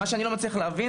מה שאני לא מצליח להבין,